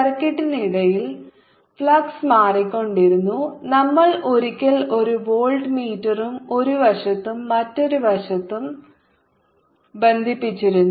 സർക്യൂട്ടിനിടയിൽ flux മാറിക്കൊണ്ടിരുന്നു നമ്മൾ ഒരിക്കൽ ഒരു വോൾട്ട മീറ്ററും ഒരു വശത്തും മറ്റൊരു വശത്തും ബന്ധിപ്പിച്ചിരുന്നു